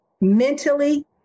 mentally